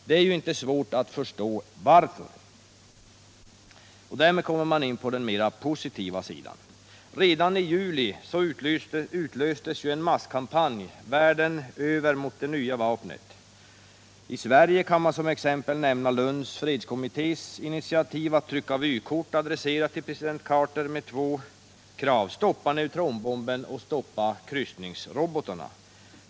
Det är ju inte svårt att förstå varför. Därmed kommer man in på den mera positiva sidan av saken. Redan i juli utlöstes en masskampanj över hela världen mot det nya vapnet. När det gäller Sverige kan som exempel nämnas Lunds fredskommittés initiativ att trycka vykort, adresserade till president Carter, med två krav: ”Stoppa netronbomben!” och ”Stoppa kryssningsrobotarna!”.